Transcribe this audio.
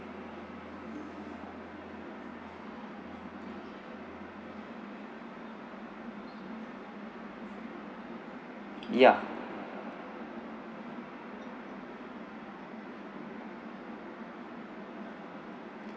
yeah